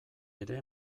ere